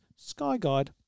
Skyguide